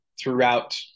throughout